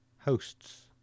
hosts